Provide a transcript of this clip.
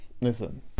listen